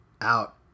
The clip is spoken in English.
out